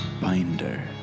Binder